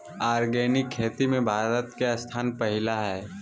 organic खेती में भारत के स्थान पहिला हइ